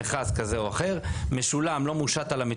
הסדר עם חברה במכרז כזה או אחר משולם ולא מושט על המטופל.